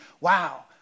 wow